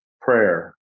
prayer